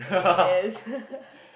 yes